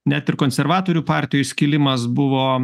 net ir konservatorių partijoj skilimas buvo